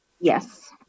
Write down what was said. yes